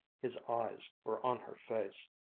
his eyes were on her face.